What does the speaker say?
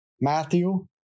Matthew